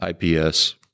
IPS